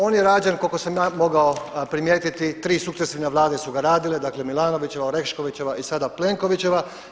On je rađen koliko sam ja mogao primijetiti tri sukcesivne vlade su ga radile, dakle MIlanovićeva, Oreškovićeva i sada Plenkovićeva.